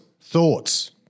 thoughts